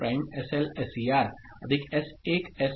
SLSER S1